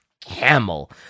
camel